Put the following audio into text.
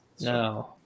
No